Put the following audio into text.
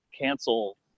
cancel